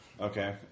Okay